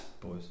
Boys